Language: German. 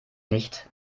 nicht